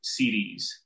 CDs